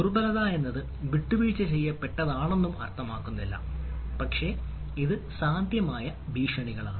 ദുർബലത എന്നത് വിട്ടുവീഴ്ച ചെയ്യപ്പെട്ടതാണെന്ന് അർത്ഥമാക്കുന്നില്ല പക്ഷേ ഇത് സാധ്യമായ ഭീഷണികളാണ്